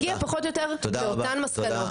הגיעה פחות או יותר לאותן מסקנות.